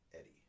eddie